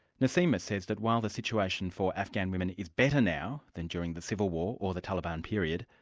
nasima says that while the situation for afghan women is better now than during the civil war or the taliban period,